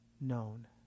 known